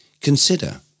consider